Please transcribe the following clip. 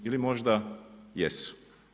Ili možda jesu.